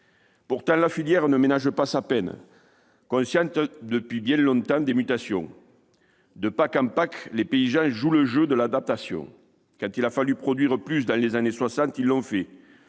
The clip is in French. Pourtant, la filière ne ménage pas sa peine, consciente depuis bien longtemps des mutations. De PAC en PAC, les paysans jouent le jeu de l'adaptation. Quand il a fallu produire plus dans les années 1960, ils l'ont fait.